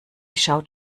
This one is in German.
schaut